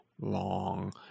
long